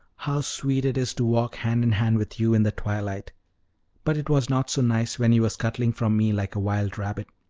how sweet it is to walk hand in hand with you in the twilight but it was not so nice when you were scuttling from me like a wild rabbit.